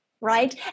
right